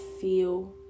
feel